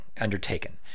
undertaken